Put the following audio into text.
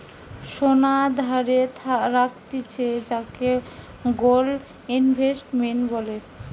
সোনা ধারে রাখতিছে যাকে গোল্ড ইনভেস্টমেন্ট বলে